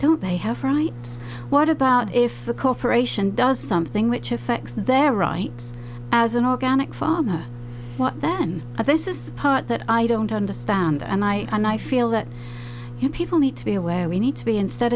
don't they have rights what about if the corporation does something which effects their rights as an organic father than this is the part that i don't understand and i and i feel that people need to be aware we need to be instead